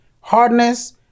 hardness